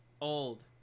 Old